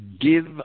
give